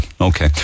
okay